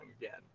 again